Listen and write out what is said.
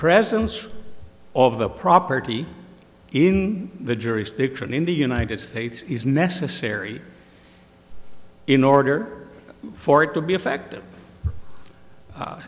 presence of the property in the jurisdiction in the united states is necessary in order for it to be effective